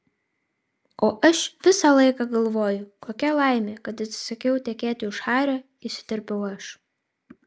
o aš visą laiką galvoju kokia laimė kad atsisakiau tekėti už hario įsiterpiau aš